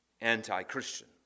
Anti-Christian